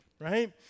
Right